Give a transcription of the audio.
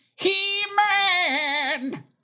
He-Man